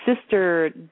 sister